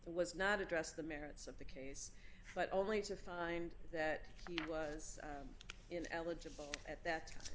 was not address the merits of that but only to find that he was in eligible at that time